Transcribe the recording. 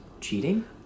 cheating